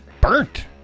burnt